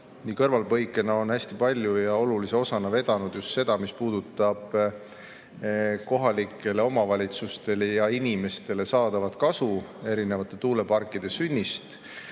kõrvalpõikena öeldes, hästi palju ja olulise osana vedanud just seda, mis puudutab kohalikele omavalitsustele ja inimestele tekkivat kasu erinevate tuuleparkide sünnist.